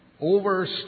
over